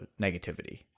negativity